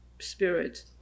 Spirit